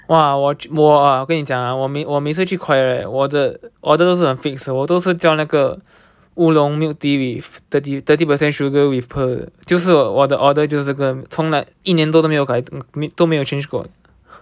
!wah! 我我啊跟你讲啊我每我每次去会 Koi right 我的 order 都是很 fix 的我都是叫那个 oolong milk tea with thirty thirty percent sugar with pearl 的就是我的 order 就是这个一年多都没有改变都没有 change 过